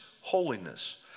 Holiness